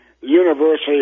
University